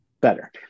better